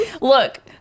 Look